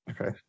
okay